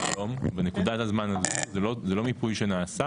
היום בנקודת הזמן הזאת זה לא מיפוי שנעשה,